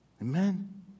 Amen